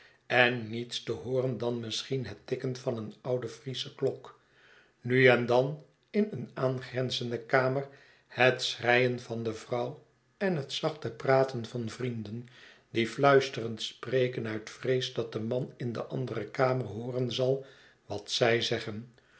en niets te hooren dan misschien het tikken van een oude yriesche klok nu en dan in een aangrenzende kamer het schreien van de vrouw en het zachte praten van vrienden die uuisterend spreken uit vrees dat de man in de andere kamer hooren zal wat zij zeggen